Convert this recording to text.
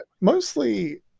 Mostly